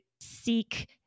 seek